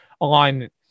alignment